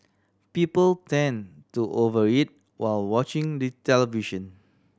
people tend to over eat while watching the television